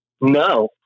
No